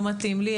לא מתאים לי,